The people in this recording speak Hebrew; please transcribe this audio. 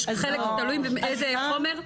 תלוי באיזה חומר?